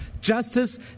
justice